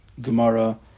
Gemara